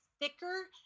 thicker